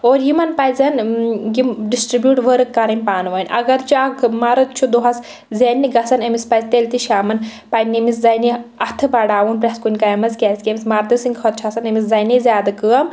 اور یِمَن پَزیٚن یِم ڈِسٹرٛبیٛوٗٹ ؤرٕک کَرٕنۍ پانہٕ وٲنۍ اگر چہِ اکھ مَرد چھُ دۄہَس زیننہِ گژھان أمِس پَزِ تیٚلہِ تہِ شامَن پننہِ أمِس زَنہِ اَتھہٕ بَڑھاوُن پرٛیٚتھ کُنہِ کامہِ منٛز کیٛازِکہِ أمِس مردٕ سٕنٛدۍ کھۄتہٕ چھِ آسان أمِس زَنے زیادٕ کٲم